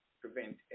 prevent